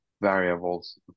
variables